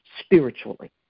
spiritually